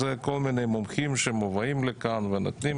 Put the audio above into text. זה כל מיני מומחים שמובאים לכאן ונותנים